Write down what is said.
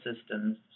systems